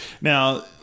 Now